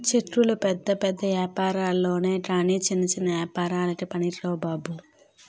చెక్కులు పెద్ద పెద్ద ఏపారాల్లొనె కాని చిన్న చిన్న ఏపారాలకి పనికిరావు బాబు